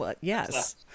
Yes